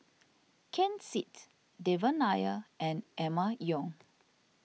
Ken Seet Devan Nair and Emma Yong